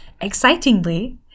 Excitingly